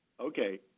Okay